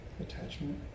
Attachment